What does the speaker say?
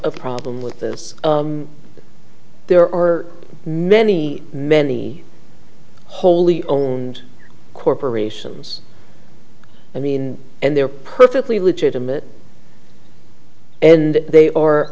a problem with this there or many many wholly owned corporations i mean and they're perfectly legitimate and they